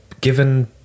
given